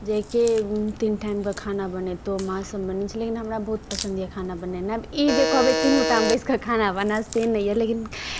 जे के तीन टाइमके खाना बनेतहु माँसभ बनै छलै लेकिन हमरा बहुत पसन्द यए खाना बनेनाय आब ई जे कहबै तीनू टाइम बैसि कऽ खाना बना से नहि यए लेकिन